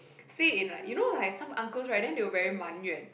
say in like you know like some uncles right then will very Man Yuan